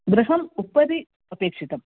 गृहम् उपरि अपेक्षितं